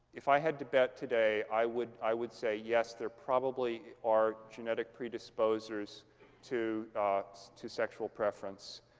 if i had to bet today, i would i would say yes, there probably are genetic predisposers to to sexual preference.